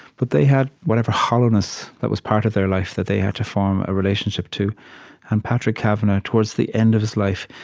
but they had whatever hollowness that was part of their life that they had to form a relationship to and patrick kavanagh, towards the end of his life,